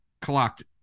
clocked